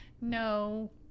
No